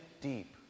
deep